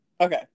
Okay